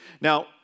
Now